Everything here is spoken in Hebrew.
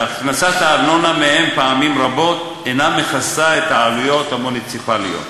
שהכנסת הארנונה מהם פעמים רבות אינה מכסה את העלויות המוניציפליות.